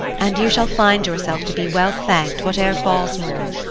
and you shall find yourself to be well thank'd, whate'er falls more.